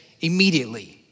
immediately